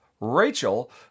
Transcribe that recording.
Rachel